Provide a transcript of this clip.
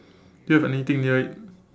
do you have anything near it